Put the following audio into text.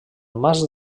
mas